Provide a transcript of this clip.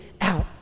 out